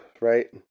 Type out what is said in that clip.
right